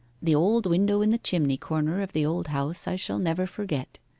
the old window in the chimney-corner of the old house i shall never forget.